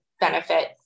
benefit